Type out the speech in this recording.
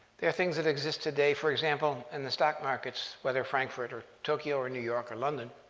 they're things that exist today, for example in the stock markets, whether frankfurt or tokyo or new york or london.